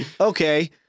Okay